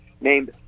named